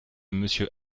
monsieur